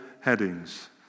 headings